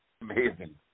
Amazing